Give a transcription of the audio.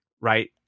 right